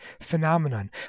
phenomenon